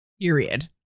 Period